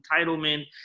entitlement